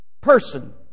person